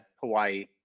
Hawaii